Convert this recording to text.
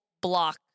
block